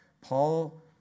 Paul